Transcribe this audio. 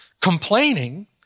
complaining